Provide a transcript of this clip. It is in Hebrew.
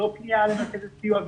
לא פניה למרכזת סיוע.